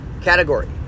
category